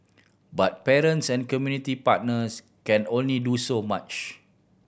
but parents and community partners can only do so much